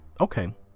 Okay